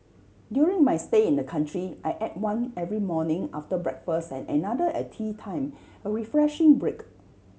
during my stay in the country I ate one every morning after breakfast and another at teatime a refreshing break